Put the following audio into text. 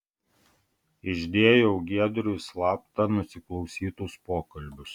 išdėjau giedriui slapta nusiklausytus pokalbius